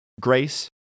grace